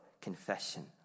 confession